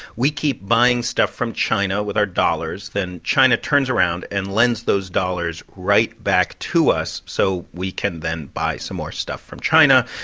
we keep buying stuff from china with our dollars. then china turns around and lends those dollars right back to us so we can then buy some more stuff from china.